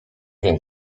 wiem